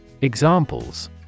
Examples